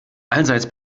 allseits